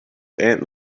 aunt